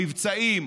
המבצעים,